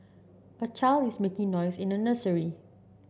a child is making noise in a nursery